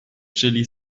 chilli